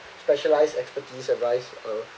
specialized expertise advice uh